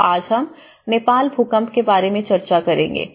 तो आज हम नेपाल भूकंप के बारे में चर्चा करेंगे